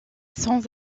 sans